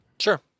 Sure